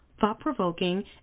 thought-provoking